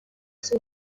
seu